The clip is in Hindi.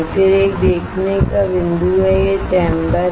फिर एक देखने का बिंदु है यह चैम्बर है